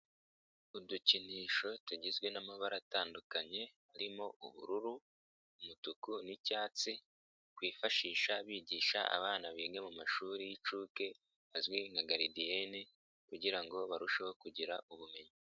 Udukinisho tugizwe n'amabara atandukanye harimo; ubururu, umutuku n'icyatsi twifashisha bigisha abana biga mu mashuri y'inshuke azwi nka garidiyene kugira ngo barusheho kugira ubumenyi.